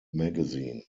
magazine